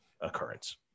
occurrence